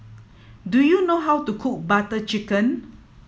do you know how to cook Butter Chicken